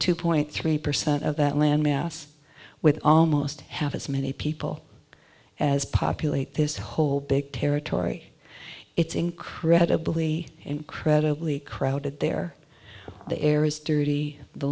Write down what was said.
two point three percent of that land mass with almost half as many people as populate this whole big territory it's incredibly incredibly crowded there the air is dirty the